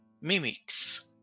mimics